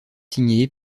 signé